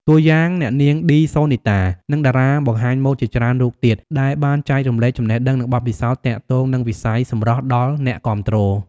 តួយ៉ាង អ្នកនាង ឌី សូនីតា និងតារាបង្ហាញម៉ូតជាច្រើនរូបទៀត ដែលបានចែករំលែកចំណេះដឹង និងបទពិសោធន៍ទាក់ទងនឹងវិស័យសម្រស់ដល់អ្នកគាំទ្រ។